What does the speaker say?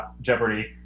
jeopardy